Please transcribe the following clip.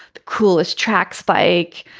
the coolest tracks, bike,